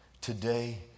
today